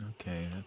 Okay